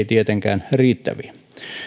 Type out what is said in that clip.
tietenkään riittäviä